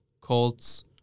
Colts